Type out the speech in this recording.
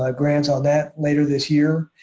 like grants on that later this year.